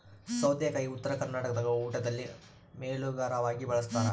ಸೌತೆಕಾಯಿ ಉತ್ತರ ಕರ್ನಾಟಕದಾಗ ಊಟದಲ್ಲಿ ಮೇಲೋಗರವಾಗಿ ಬಳಸ್ತಾರ